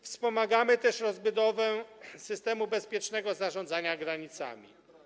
Wspomagamy też rozbudowę systemu bezpiecznego zarządzania granicami.